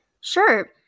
Sure